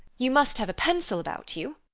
you must have a pencil about you?